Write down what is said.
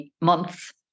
months